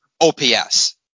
OPS